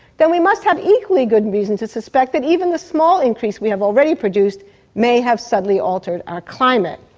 then we must have equally good reason to suspect that even the small increase we have already produced may have suddenly altered our climate.